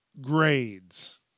grades